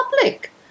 public